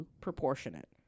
proportionate